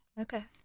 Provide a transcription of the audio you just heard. Okay